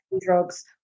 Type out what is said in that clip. drugs